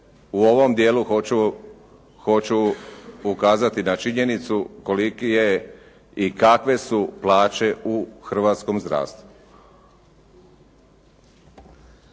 u ovom djelu hoću ukazati na činjenicu koliki je kakve su plaće u hrvatskom zdravstvu.